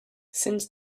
since